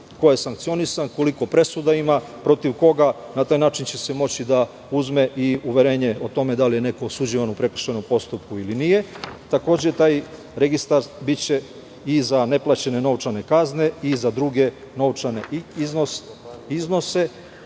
ko je sankcionisan, koliko presuda ima, protiv koga, na taj način, će se moći da uzme i uverenje o tome da li je neko osuđivan u prekršajnom postupku ili nije. Takođe, taj registar biće i za neplaćene novčane kazne i za druge novčane iznose